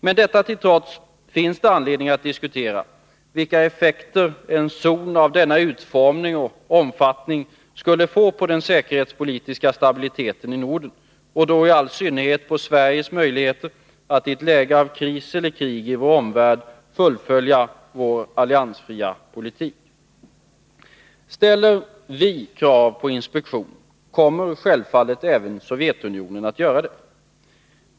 Men detta till trots finns det anledning att diskutera vilka effekter en zon av denna utformning och omfattning skulle få på den säkerhetspolitiska stabiliteten i Norden, och då i all synnerhet på Sveriges möjligheter att i ett läge av kris eller krig i vår omvärld fullfölja vår alliansfria politik. Ställer vi krav på inspektion, kommer självfallet även Sovjetunionen att göra det.